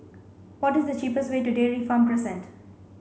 what is the cheapest way to Dairy Farm Crescent